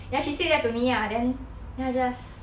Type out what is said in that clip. ya she said that to me lah then then I just